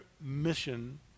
mission